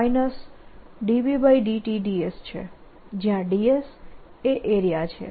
ds છે જ્યાં ds એ એરિયા છે